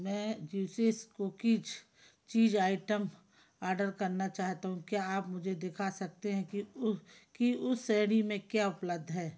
मैं juices cookies cheese item order करना चाहता हूँ क्या आप मुझे दिखा सकते हैं कि उह कि उस श्रेणी में क्या उपलब्ध है